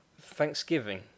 Thanksgiving